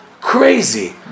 crazy